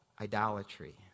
idolatry